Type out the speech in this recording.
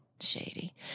Shady